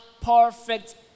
perfect